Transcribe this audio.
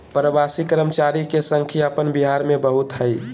प्रवासी कर्मचारी के संख्या अपन बिहार में बहुत हइ